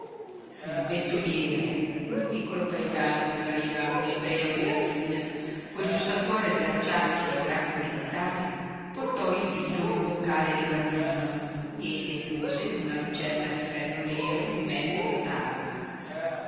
il bettoliere un piccolo paesano che pareva un ebreo della bibbia col giustacuore slacciato sulle brache orientali portò il vino in un boccale levantino e depose una lucerna di ferro nero in mezzo alla tavola